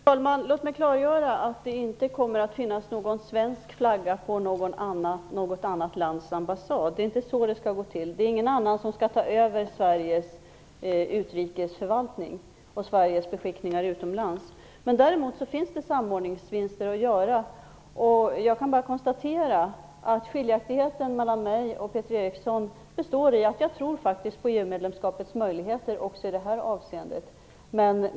Fru talman! Låt mig klargöra att det inte kommer att finnas svensk flagga på något annat lands ambassad. Det är inte så det skall gå till. Det är inte någon annan som skall ta över Sveriges utrikesförvaltning och Sveriges beskickningar utomlands. Däremot finns det samordningsvinster att göra, och jag kan bara konstatera att skiljaktigheten mellan mig och Peter Eriksson består i att jag faktiskt tror på EU medlemskapets möjligheter också i det här avseendet.